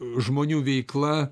žmonių veikla